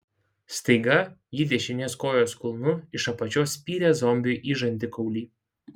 staiga ji dešinės kojos kulnu iš apačios spyrė zombiui į žandikaulį